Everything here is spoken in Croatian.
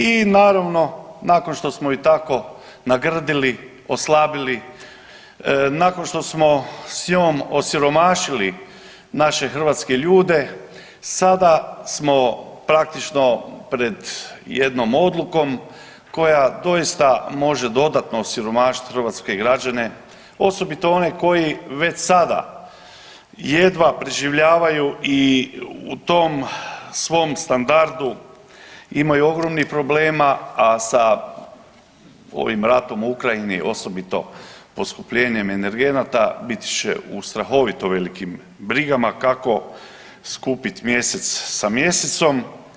I naravno nakon što smo je tako nagrdili, oslabili nakon što smo s njom osiromašili naše hrvatske ljude sada smo praktično pred jednom odlukom koja doista može dodatno osiromašiti hrvatske građane, osobito one koji već sada jedva preživljavaju i u tom svom standardu imaju ogromnih problema, a sa ovim ratom u Ukrajini osobito poskupljenjem energenata bit će u strahovito velikim brigama kako skupit mjesec sa mjesecom.